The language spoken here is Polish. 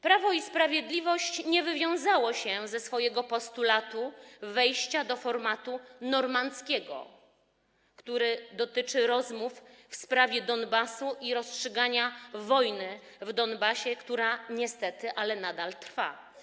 Prawo i Sprawiedliwość nie wywiązało się ze swojego postulatu wejścia do formatu normandzkiego, który dotyczy rozmów w sprawie Donbasu i rozstrzygania wojny w Donbasie, która, niestety, nadal trwa.